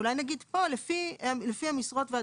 אולי פה נגיד: "לפי המשרות והדירוגים".